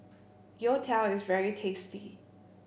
Youtiao is very tasty